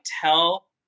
tell